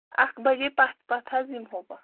اکھ بجے پَتھ پَتھ حظ یِمٕہو بہٕ